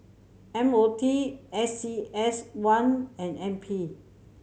M O T A C S one and N P